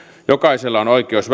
jokaisella on oikeus